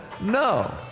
no